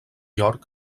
york